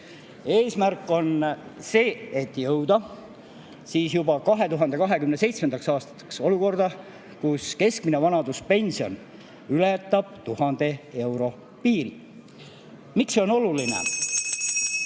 Eesmärk on jõuda juba 2027. aastaks olukorda, kus keskmine vanaduspension ületab 1000 euro piiri. Miks see on oluline?